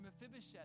Mephibosheth